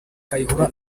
kayihura